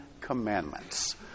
Commandments